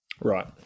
Right